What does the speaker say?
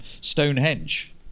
stonehenge